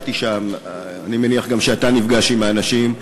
ביקרתי שם, אני מניח גם שאתה נפגש עם האנשים,